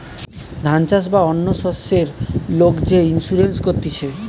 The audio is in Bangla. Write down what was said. ধান চাষ বা অন্য শস্যের লোক যে ইন্সুরেন্স করতিছে